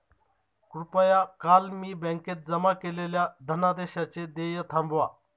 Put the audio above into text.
कृपया काल मी बँकेत जमा केलेल्या धनादेशाचे देय थांबवा